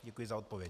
Děkuji za odpověď.